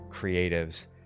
creatives